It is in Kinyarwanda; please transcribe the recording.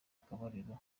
akabariro